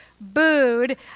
booed